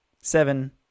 seven